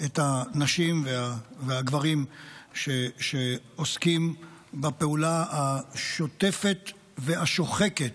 את הנשים והגברים שעוסקים בפעולה השוטפת והשוחקת.